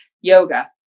yoga